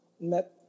met